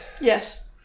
Yes